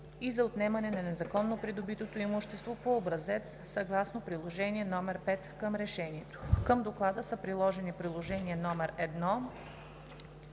и за отнемане на незаконно придобитото имущество по образец съгласно приложение № 5 към решението. Към Доклада са приложени приложения номер 1,